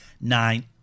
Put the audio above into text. nine